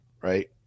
Right